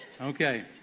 Okay